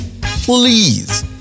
Please